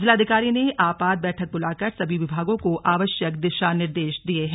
जिलाधिकारी ने आपात बैठक बुलाकर सभी विभागों को आवश्यक दिशा निर्देश दिए हैं